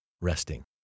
resting